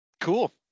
Cool